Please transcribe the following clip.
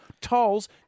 tolls